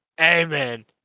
amen